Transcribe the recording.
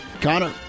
Connor